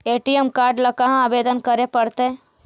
ATM card ल कहा आवेदन करे पड़तै?